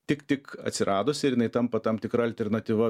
tik tik atsiradusi ir jinai tampa tam tikra alternatyva